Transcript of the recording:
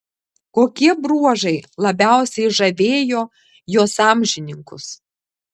kokie bruožai labiausiai žavėjo jos amžininkus